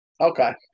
okay